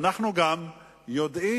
אנחנו גם יודעים